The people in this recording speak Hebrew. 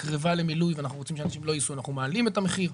קרבה למילוי ואנחנו רוצים שאנשים לא ייסעו אנחנו מעלים את המחיר.